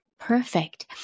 Perfect